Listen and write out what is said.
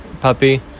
puppy